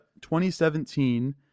2017